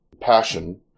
passion